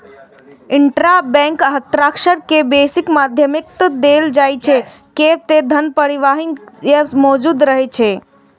intrabank हस्तांतरण के बेसी प्राथमिकता देल जाइ छै, कियै ते धन पहिनहि सं मौजूद रहै छै